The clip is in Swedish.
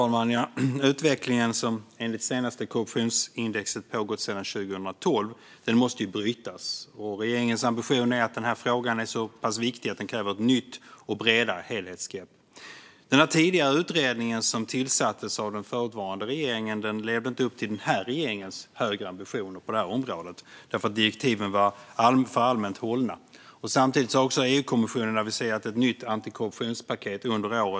Herr talman! Den utveckling som enligt det senaste korruptionsindexet pågått sedan 2012 måste brytas. Regeringen anser att den här frågan är så pass viktig att den kräver ett nytt och bredare helhetsgrepp. Den tidigare utredningen, som tillsattes av den föregående regeringen, levde inte upp till den här regeringens högre ambitioner på området. Direktiven var för allmänt hållna. Samtidigt har EU-kommissionen aviserat ett nytt antikorruptionspaket under det här året.